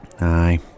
Aye